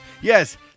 Yes